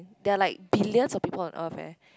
there are like billions of people on Earth eh